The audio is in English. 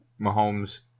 Mahomes